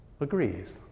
agrees